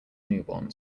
newborn